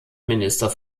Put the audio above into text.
minister